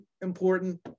important